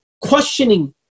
questioning